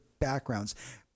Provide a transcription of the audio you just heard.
backgrounds